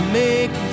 make